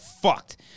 fucked